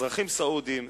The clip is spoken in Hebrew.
אזרחים סעודים,